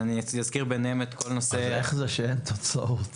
אז איך זה שאין תוצאות?